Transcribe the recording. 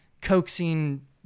coaxing